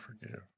forgive